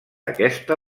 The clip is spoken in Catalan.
aquesta